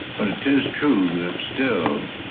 but it is true that still